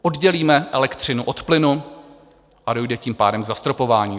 Oddělíme elektřinu od plynu a dojde tím pádem k zastropování.